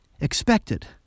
Expected